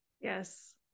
Yes